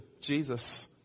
Jesus